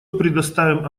предоставим